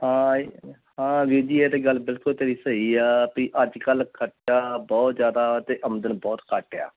ਹਾਂ ਹਾਂ ਵੀਰ ਜੀ ਇਹ ਤਾਂ ਗੱਲ ਬਿਲਕੁਲ ਤੇਰੀ ਸਹੀ ਆ ਵੀ ਅੱਜ ਕੱਲ੍ਹ ਖਰਚਾ ਬਹੁਤ ਜ਼ਿਆਦਾ ਅਤੇ ਆਮਦਨ ਬਹੁਤ ਘੱਟ ਆ